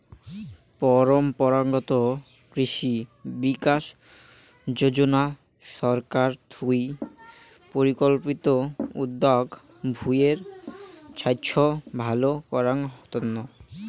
পরম্পরাগত কৃষি বিকাশ যোজনা ছরকার থুই পরিকল্পিত উদ্যগ ভূঁই এর ছাইস্থ ভাল করাঙ তন্ন